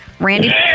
Randy